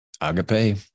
Agape